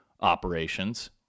operations